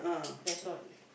that's all